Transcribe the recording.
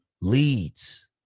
leads